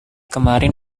kemarin